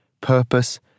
purpose